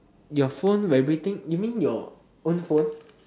your phone vibrating you mean your own phone